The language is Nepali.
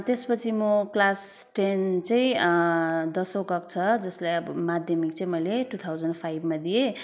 त्यसपछि म क्लास टेन चाहिँ दसौँ कक्षा जसलाई अब माद्यमिक चाहिँ मैले टु थाउजन्ड फाइभमा दिएँ